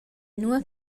nua